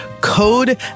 code